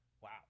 wow